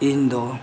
ᱤᱧᱫᱚ